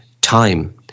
time